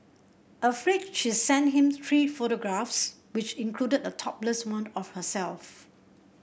afraid she sent him three photographs which included a topless one of herself